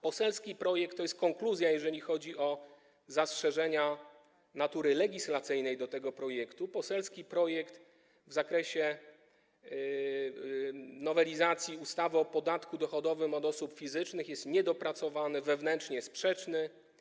Poselski projekt - to jest konkluzja, jeżeli chodzi o zastrzeżenia natury legislacyjnej do tego projektu - w zakresie nowelizacji ustawy o podatku dochodowym od osób fizycznych jest niedopracowany, wewnętrznie sprzeczny.